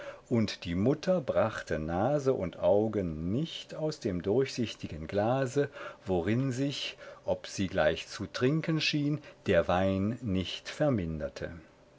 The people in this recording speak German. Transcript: und die mutter brachte nase und augen nicht aus dem durchsichtigen glase worin sich ob sie gleich zu trinken schien der wein nicht verminderte